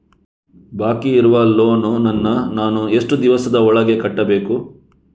ಬಾಕಿ ಇರುವ ಲೋನ್ ನನ್ನ ನಾನು ಎಷ್ಟು ದಿವಸದ ಒಳಗೆ ಕಟ್ಟಬೇಕು?